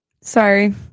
Sorry